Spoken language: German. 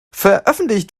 veröffentlicht